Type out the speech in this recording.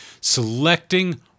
selecting